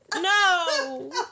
No